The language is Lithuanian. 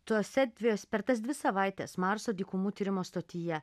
tuose per tas dvi savaites marso dykumų tyrimo stotyje